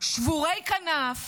שבורי כנף